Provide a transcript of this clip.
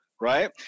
Right